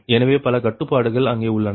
எனவே பல கட்டுப்பாடுகள் அங்கே உள்ளன